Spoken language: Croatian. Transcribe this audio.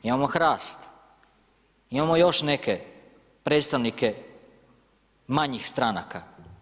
Imamo HRAST, imamo još neke predstavnike manjih stranaka.